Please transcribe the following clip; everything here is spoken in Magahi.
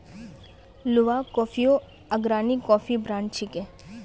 लुवाक कॉफियो अग्रणी कॉफी ब्रांड छिके